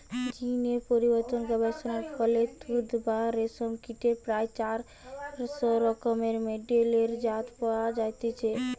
জীন এর পরিবর্তন গবেষণার ফলে তুত বা রেশম কীটের প্রায় চারশ রকমের মেডেলের জাত পয়া যাইছে